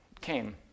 came